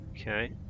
Okay